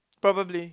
probably